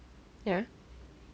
ya